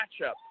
matchup